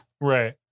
right